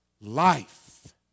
Life